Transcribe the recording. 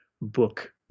Book